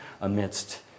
amidst